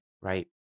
right